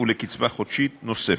ולקצבה חודשית נוספת.